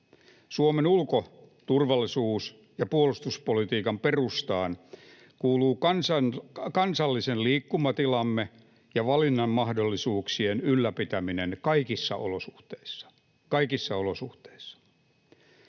Suomen ulko‑, turvallisuus- ja puolustuspolitiikan perustaan kuuluu kansallisen liikkumatilamme ja valinnanmahdollisuuksien ylläpitäminen kaikissa olosuhteissa